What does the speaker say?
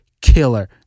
killer